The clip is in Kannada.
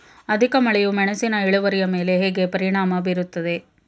ಅಧಿಕ ಮಳೆಯು ಮೆಣಸಿನ ಇಳುವರಿಯ ಮೇಲೆ ಹೇಗೆ ಪರಿಣಾಮ ಬೀರುತ್ತದೆ?